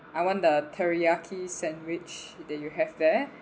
I want the teriyaki sandwich that you have there